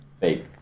fake